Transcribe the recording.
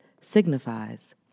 signifies